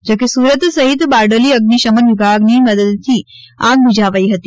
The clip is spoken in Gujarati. જો કે સુરત સહિત બારડોલી અઝ્નિશમન વિભાગની મદદથી આગ બૂઝાવાઇ હતી